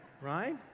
right